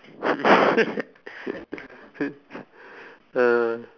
uh